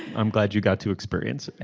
i'm glad you got to experience it.